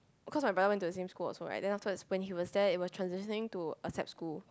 cause my brother went to the same school also right then afterwards when he was there it was transitioning to a Sap school